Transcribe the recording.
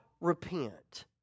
repent